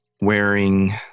wearing